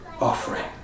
offering